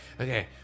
okay